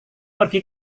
pergi